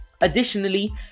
Additionally